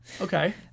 Okay